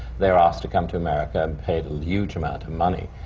they're asked to come to america and paid a huge amount of money